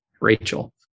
Rachel